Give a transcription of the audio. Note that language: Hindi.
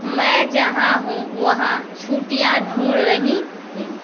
मैं जहाँ हूँ वहाँ छुट्टियाँ ढूँढ रही हूँ